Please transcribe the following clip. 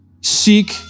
seek